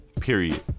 Period